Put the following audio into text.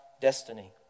destiny